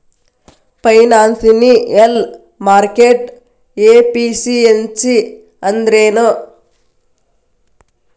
Financial market efficiency ಅಂದ್ರೇನು?